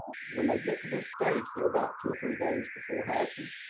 when they get to this stage, they're about two or three days before hatching,